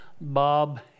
Bob